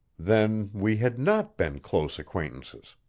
then we had not been close acquaintances.